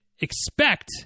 expect